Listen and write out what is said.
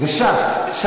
זה ש"ס.